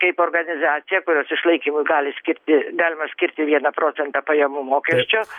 kaip organizacija kurios išlaikymui gali skirti dar va skirti vieną procentą pajamų mokesčio